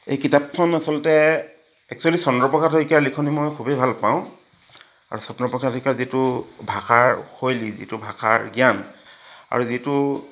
এই কিতাপখন আচলতে একচ্যুৱেলি চন্দ্ৰপ্ৰসাদ শইকীয়াৰ লিখনি মই খুবেই ভাল পাওঁ আৰু চন্দ্ৰপ্ৰসাদ শইকীয়াৰ যিটো ভাষাৰ শৈলী যিটো ভাষাৰ জ্ঞান আৰু যিটো